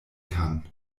kann